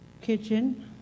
kitchen